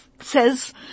says